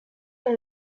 dans